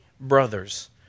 brothers